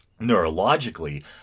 neurologically